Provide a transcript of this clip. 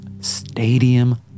stadium